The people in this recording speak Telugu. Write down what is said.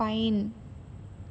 పైన్